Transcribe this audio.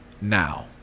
now